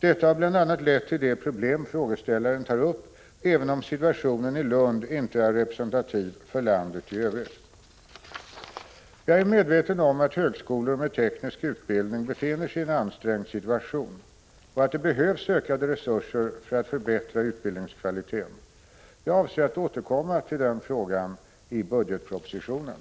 Detta har bl.a. lett till de problem frågeställaren tar upp, även om situationen i Lund inte är representativ för landet i övrigt. Jag är medveten om att högskolor med teknisk utbildning befinner sig i en ansträngd situation och att det behövs ökade resurser för att förbättra utbildningskvaliteten. Jag avser att återkomma till denna fråga i budgetpropositionen.